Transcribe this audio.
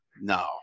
no